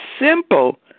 simple